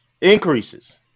increases